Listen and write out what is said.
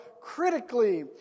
critically